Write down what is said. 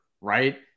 right